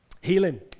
Healing